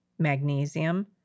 magnesium